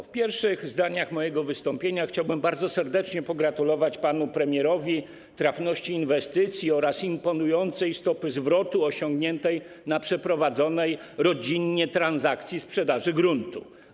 W pierwszych zdaniach mojego wystąpienia chciałbym bardzo serdecznie pogratulować panu premierowi trafności inwestycji oraz imponującej stopy zwrotu osiągniętej na przeprowadzonej rodzinnie transakcji sprzedaży gruntu.